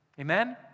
Amen